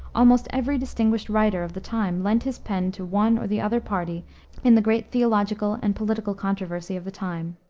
almost every distinguished writer of the time lent his pen to one or the other party in the great theological and political controversy of the time.